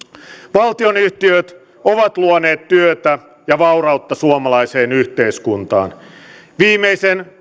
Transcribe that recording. valtionyhtiöt ovat luoneet työtä ja vaurautta suomalaiseen yhteiskuntaan viimeisen